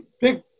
big